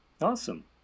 Awesome